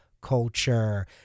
culture